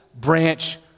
branch